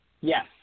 Yes